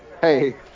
Hey